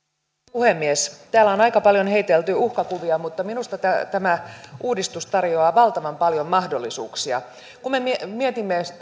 puhemies täällä on aika paljon heitelty uhkakuvia mutta minusta tämä tämä uudistus tarjoaa valtavan paljon mahdollisuuksia kun me mietimme mietimme